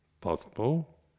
Possible